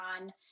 on